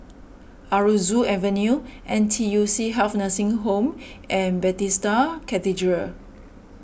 Aroozoo Avenue N T U C Health Nursing Home and Bethesda Cathedral